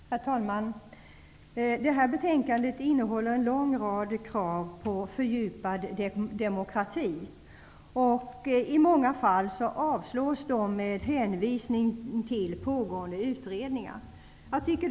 Herr talman! I det här betänkandet behandlas en lång rad krav på fördjupad demokrati, och i många fall avstyrks de med hänvisning till pågående utredningar.